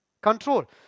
control